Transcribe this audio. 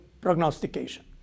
prognostication